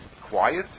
quiet